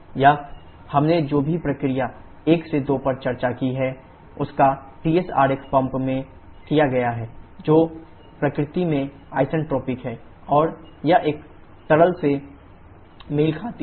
यह हमने जो भी प्रक्रिया 1 2 पर चर्चा की है उसका Tsआरेख पंप में किया जाता है जो प्रकृति में आइसेंट्रोपिक है और यह एक तरल से मेल खाती है